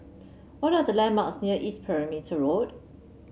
what are the landmarks near East Perimeter Road